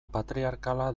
patriarkala